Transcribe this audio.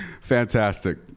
fantastic